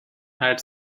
had